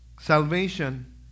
Salvation